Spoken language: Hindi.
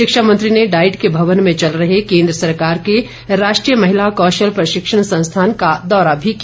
शिक्षा मंत्री ने डाईट के भवन में चल रहे केन्द्र सरकार के राष्ट्रीय महिला कौशल प्रशिक्षण संस्थान का दौरा भी किया